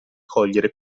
cogliere